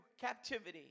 captivity